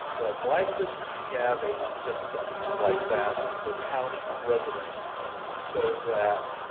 but why couldn't we have a system like that for county residents so that,